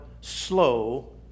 slow